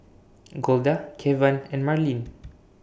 Golda Kevan and Marlene